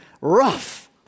rough